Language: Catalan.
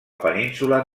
península